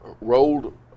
rolled